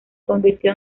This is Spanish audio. convirtió